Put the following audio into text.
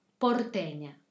Porteña